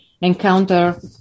encounter